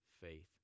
faith